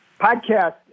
Podcast